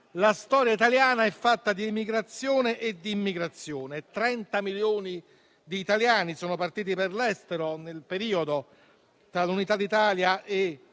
la storia italiana è fatta di emigrazione e di immigrazione. Trenta milioni di italiani sono partiti per l'estero nel periodo tra l'Unità d'Italia e i primi decenni